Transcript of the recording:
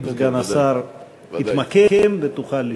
סגן השר יתמקם ותוכל לשאול.